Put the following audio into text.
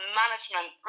management